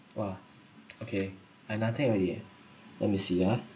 !wah! okay I nothing already eh let me see ah